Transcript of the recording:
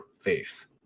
face